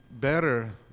better